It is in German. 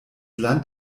land